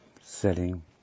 setting